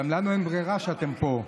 גם לנו אין ברירה שאתם פה.